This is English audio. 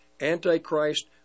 Antichrist